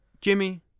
Jimmy